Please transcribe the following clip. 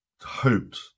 hoped